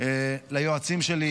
ליועצים שלי,